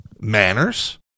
manners